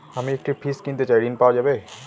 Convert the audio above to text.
আমি একটি ফ্রিজ কিনতে চাই ঝণ পাওয়া যাবে?